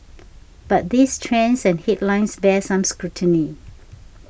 but these trends and headlines bear some scrutiny